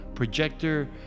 projector